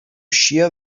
shear